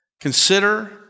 Consider